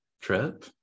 trip